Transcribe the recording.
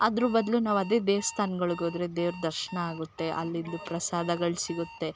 ಅದ್ರ ಬದಲು ನಾವು ಅದೇ ದೇವಸ್ಥಾನ್ಗಗಳ್ಗೆ ಹೋದ್ರೆ ದೇವ್ರ ದರ್ಶನ ಆಗುತ್ತೆ ಅಲ್ಲಿಂದು ಪ್ರಸಾದಗಳು ಸಿಗುತ್ತೆ